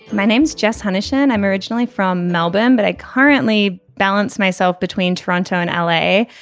my name's just hannah shan i'm originally from melbourne but i currently balance myself between toronto and l a.